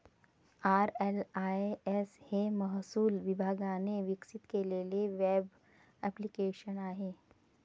RLIS हे महसूल विभागाने विकसित केलेले वेब ॲप्लिकेशन आहे